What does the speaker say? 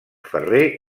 ferrer